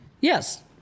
Yes